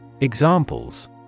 Examples